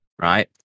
right